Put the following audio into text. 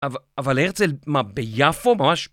אב, אבל הרצל, מה, ביפו ממש?